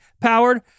powered